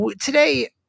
today –